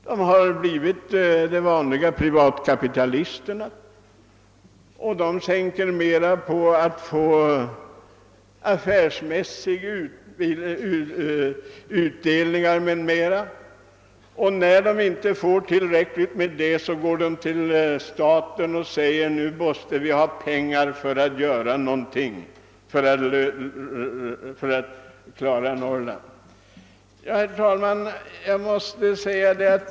De har blivit vanliga privatkapitalister och tänker mest på att få affärsmässiga uldelningar, och när dessa inte blir tillräckligt stora vänder de sig till staten och säger att de måste ha pengar för att klara Norrland.